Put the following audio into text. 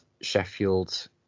Sheffield